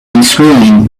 unscrewing